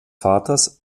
vaters